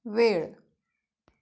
वेळ